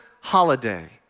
holiday